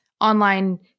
online